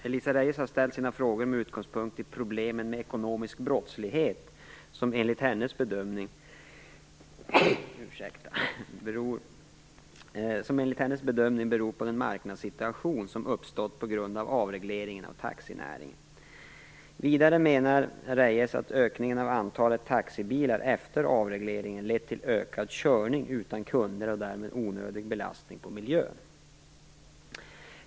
Elisa Abascal Reyes har ställt sina frågor med utgångspunkt i problemen med ekonomisk brottslighet, som enligt hennes bedömning beror på den marknadssituation som uppstått på grund av avregleringen av taxinäringen. Vidare menar Elisa Abascal Reyes att ökningen av antalet taxibilar efter avregleringen lett till ökad körning utan kunder och därmed till onödig belastning på miljön.